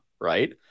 right